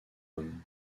homme